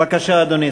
בבקשה, אדוני.